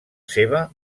seva